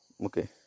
okay